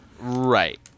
Right